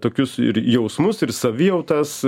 tokius jausmus ir savijautas